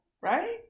right